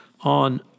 on